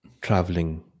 traveling